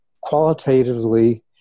qualitatively